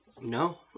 No